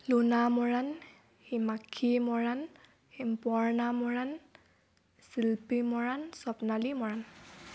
Luna Moran Himakshi Moran Himaparna Moran Shilpi Moran Swapnali Moran